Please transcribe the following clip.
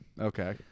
okay